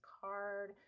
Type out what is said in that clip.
card